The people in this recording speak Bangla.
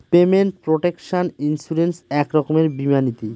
পেমেন্ট প্রটেকশন ইন্সুরেন্স এক রকমের বীমা নীতি